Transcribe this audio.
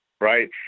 right